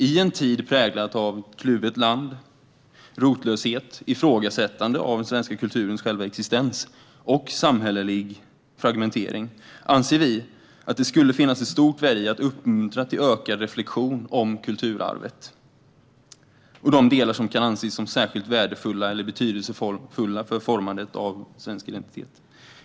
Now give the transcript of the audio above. I ett kluvet land och i en tid präglad av rotlöshet, ifrågasättande av den svenska kulturens själva existens och samhällelig fragmentering anser vi att det skulle finnas ett stort värde i att uppmuntra till ökad reflektion om kulturarvet och de delar som kan anses som särskilt värdefulla eller betydelsefulla för formandet av den svenska identiteten.